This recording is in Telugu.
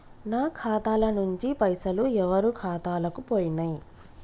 నా ఖాతా ల నుంచి పైసలు ఎవరు ఖాతాలకు పోయినయ్?